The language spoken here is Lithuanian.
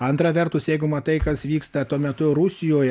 antra vertus jeigu matai kas vyksta tuo metu rusijoje